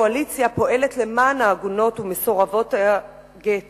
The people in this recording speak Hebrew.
הקואליציה פועלת למען העגונות ומסורבות הגט.